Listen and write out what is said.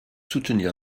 soutenir